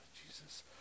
Jesus